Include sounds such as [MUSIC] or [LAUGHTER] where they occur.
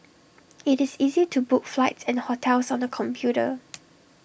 IT is easy to book flights and hotels on the computer [NOISE]